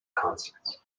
concerts